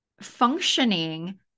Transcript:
functioning